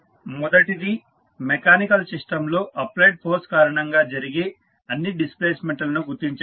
మొదటిది మెకానికల్ సిస్టంలో applied force కారణంగా జరిగే అన్ని డిస్ప్లేస్మెంట్ లను గుర్తించడం